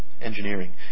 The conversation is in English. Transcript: engineering